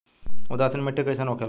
उदासीन मिट्टी कईसन होखेला?